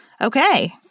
Okay